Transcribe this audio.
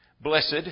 Blessed